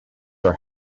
are